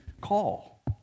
call